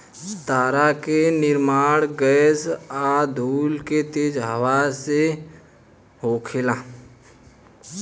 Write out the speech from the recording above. तारा के निर्माण गैस आ धूल के तेज हवा से होखेला